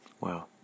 Wow